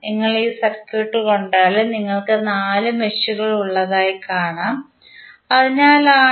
നിങ്ങൾ ഈ സർക്യൂട്ട് കണ്ടാൽ നിങ്ങൾക്ക് നാല് മെഷുകൾ ഉള്ളതായി കാണാം അതിനാലാണ്